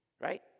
Right